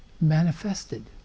manifested